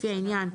לפי העניין,